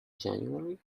january